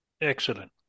Excellent